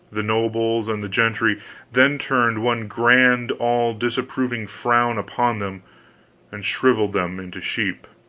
the nobles, and the gentry then turned one grand, all-disapproving frown upon them and shriveled them into sheep!